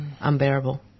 unbearable